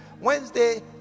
Wednesday